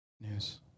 news